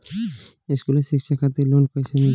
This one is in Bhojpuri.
स्कूली शिक्षा खातिर लोन कैसे मिली?